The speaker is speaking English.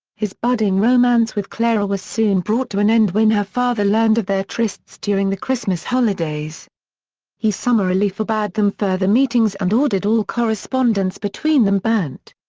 his budding romance with clara was soon brought to an end when her father learned of their trysts during the christmas holidays he summarily forbade them further meetings and ordered all correspondence between them burnt.